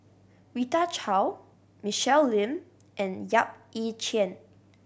Rita Chao Michelle Lim and Yap Ee Chian